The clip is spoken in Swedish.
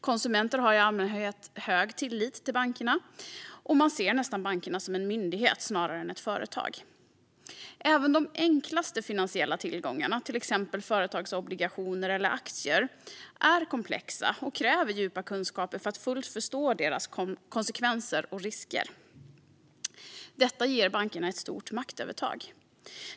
Konsumenter har i allmänhet hög tillit till bankerna, och man ser nästan banken som en myndighet snarare än ett företag. Även de enklaste finansiella tillgångarna, till exempel företagsobligationer och aktier, är komplexa, och det krävs djupa kunskaper för att fullt ut förstå deras konsekvenser och risker. Detta ger bankerna ett stort maktövertag.